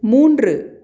மூன்று